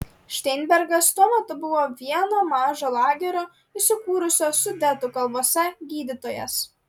šteinbergas tuo metu buvo vieno mažo lagerio įsikūrusio sudetų kalvose gydytojas